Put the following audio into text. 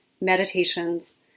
meditations